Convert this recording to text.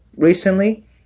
Recently